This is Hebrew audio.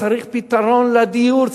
צריך פתרון לדיור,